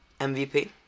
MVP